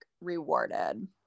rewarded